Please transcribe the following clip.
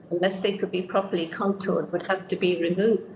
unless they could be properly contoured would have to be removed.